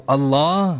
Allah